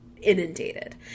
inundated